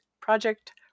Project